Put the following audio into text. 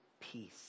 peace